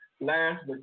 Last